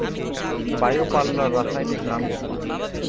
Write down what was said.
Bio পাল্লার রাসায়নিক নাম কি?